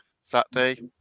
Saturday